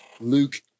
Luke